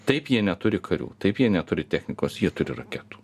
taip jie neturi karių taip jie neturi technikos jie turi raketų